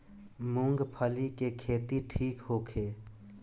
मूँगफली के खेती ठीक होखे?